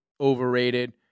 overrated